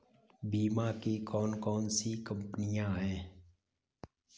बीमा की कौन कौन सी कंपनियाँ हैं?